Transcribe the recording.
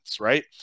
right